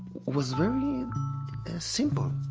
was very simple.